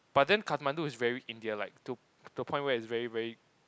but then Kathmandu is very India like to to a point where it's very very